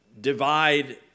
divide